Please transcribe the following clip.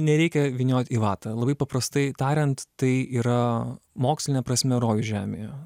nereikia vyniot į vatą labai paprastai tariant tai yra moksline prasme rojus žemėje